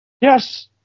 Yes